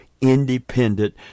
independent